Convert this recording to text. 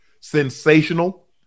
sensational